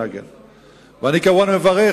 ואני כמובן מברך